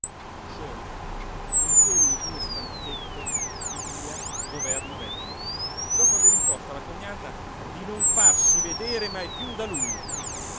solo in quelle due stanzette di via governo vecchio dopo aver imposto alla cognata di non farsi vedere mai piú da lui